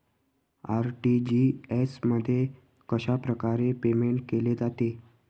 RTGS मध्ये कशाप्रकारे payment केले जाते?